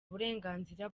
uburenganzira